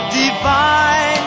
divine